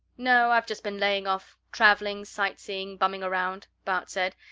no, i've just been laying off traveling, sight-seeing, bumming around, bart said.